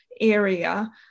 area